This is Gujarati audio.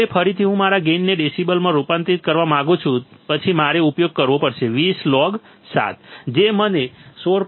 હવે ફરીથી હું મારા ગેઇનને ડેસિબલમાં રૂપાંતરિત કરવા માંગુ છું પછી મારે ઉપયોગ કરવો પડશે 20 log જે મને 16